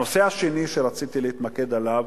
הנושא השני שרציתי להתמקד בו,